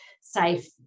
safe